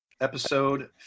episode